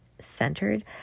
centered